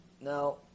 Now